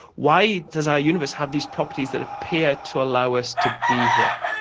why does our universe have these properties that appear to allow us to be here?